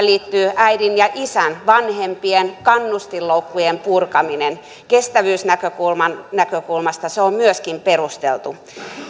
liittyy myöskin äidin ja isän vanhempien kannustinloukkujen purkaminen kestävyysnäkökulmasta se on myöskin perusteltu